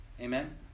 Amen